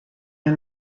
der